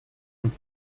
und